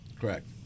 Correct